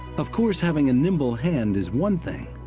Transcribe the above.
of course having a nimble hand is one thing.